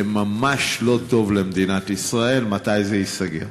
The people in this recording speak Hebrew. זה ממש לא טוב למדינת ישראל, מתי זה ייסגר?